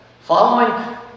Following